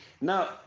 now